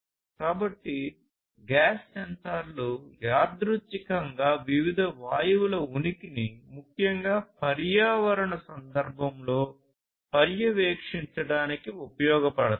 కాబట్టి గ్యాస్ సెన్సార్లు యాదృచ్ఛికంగా వివిధ వాయువుల ఉనికిని ముఖ్యంగా పర్యావరణ సందర్భంలో పర్యవేక్షించడానికి ఉపయోగపడతాయి